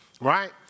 right